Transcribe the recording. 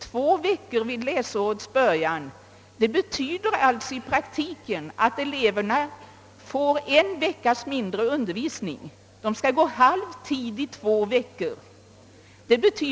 Två veckor betyder alltså i praktiken att eleverna får en veckas undervisning mindre.